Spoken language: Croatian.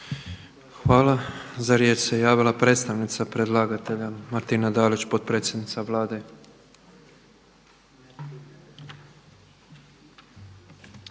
Hvala. Za riječ se javila predstavnica predlagatelja Martina Dalić, potpredsjednica Vlade.